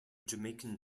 jamaican